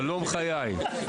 חלום חיי.